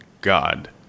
God